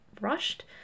rushed